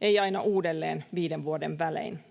ei aina uudelleen viiden vuoden välein.